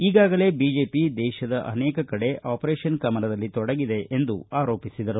ಈಗಾಗಲೇ ಬಿಜೆಪಿ ದೇಶದ ಅನೇಕ ಕಡೆ ಆಪರೇಷನ್ ಕಮಲದಲ್ಲಿ ತೊಡಗಿದೆ ಎಂದು ಆರೋಪಿಸಿದರು